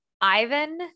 Ivan